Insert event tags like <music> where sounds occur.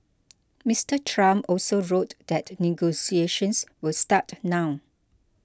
<noise> Mister Trump also wrote that negotiations will start now